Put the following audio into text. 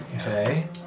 Okay